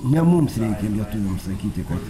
ne mums reikia lietuviam sakyti kad